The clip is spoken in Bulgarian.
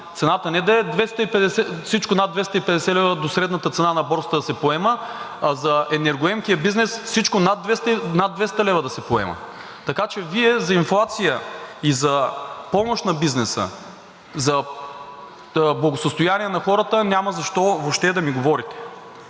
Цената не да е всичко над 250 лв. – до средната цена на борсата да се поема, а за енергоемкия бизнес всичко над 200 лв. да се поема. Така че Вие за инфлация и за помощ на бизнеса, за благосъстояние на хората няма защо въобще да ми говорите.